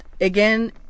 again